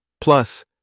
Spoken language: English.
Plus